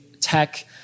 tech